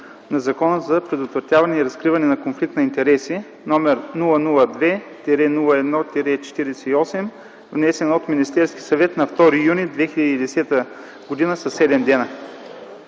на Закона за предотвратяване и разкриване конфликт на интереси, № 002 01 48, внесен от Министерския съвет на 2 юни 2010 г. със седем